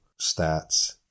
stats